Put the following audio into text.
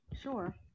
Sure